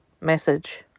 message